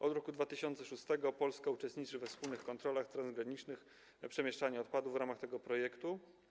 Od roku 2006 Polska uczestniczy we wspólnych kontrolach transgranicznych przemieszczania odpadów w ramach tego projektu.